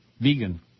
Vegan